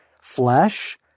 flesh